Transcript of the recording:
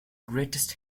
greatest